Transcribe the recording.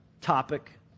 topic